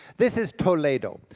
this is toledo.